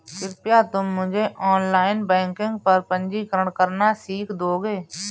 कृपया तुम मुझे ऑनलाइन बैंकिंग पर पंजीकरण करना सीख दोगे?